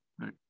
Right